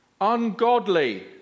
ungodly